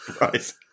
Right